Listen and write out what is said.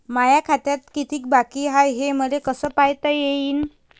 माया खात्यात कितीक बाकी हाय, हे मले कस पायता येईन?